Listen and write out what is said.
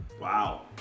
Wow